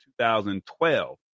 2012